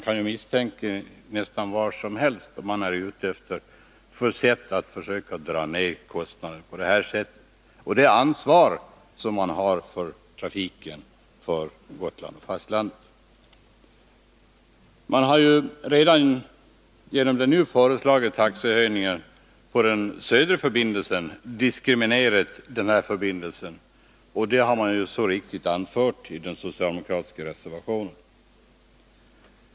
Jag misstänker nästan vad som helst, när man vill dra ner kostnaderna på detta sätt och minska statens ansvar för trafiken mellan Gotland och fastlandet. Redan genom den nu föreslagna taxehöjningen på den södra förbindelsen har denna förbindelse diskriminerats, som så riktigt har anförts i den socialdemokratiska reservationen.